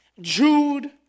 Jude